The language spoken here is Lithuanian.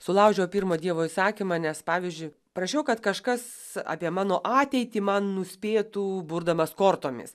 sulaužiau pirmą dievo įsakymą nes pavyzdžiui prašiau kad kažkas apie mano ateitį man nuspėtų burdamas kortomis